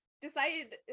decided